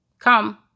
Come